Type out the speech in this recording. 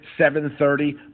7.30